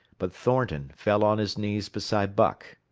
but thornton fell on his knees beside buck.